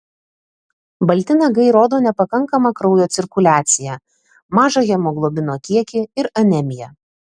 balti nagai rodo nepakankamą kraujo cirkuliaciją mažą hemoglobino kiekį ir anemiją